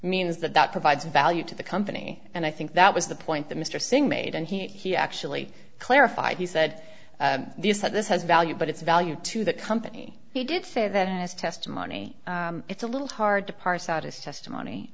means that that provides value to the company and i think that was the point that mr singh made and he actually clarified he said this has value but it's value to the company he did say that in his testimony it's a little hard to parse out his testimony